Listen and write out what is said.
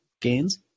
gains